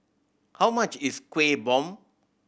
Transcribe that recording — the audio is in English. how much is Kueh Bom